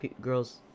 girls